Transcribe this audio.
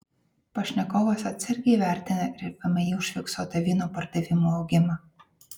pašnekovas atsargiai vertina ir vmi užfiksuotą vyno pardavimų augimą